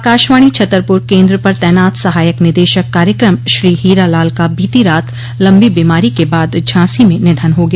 आकाशवाणी छतरपुर केन्द्र पर तैनात सहायक निदेशक कार्यक्रम श्री हीरालाल का बीती रात लम्बी बीमारी के झांसी में निधन हो गया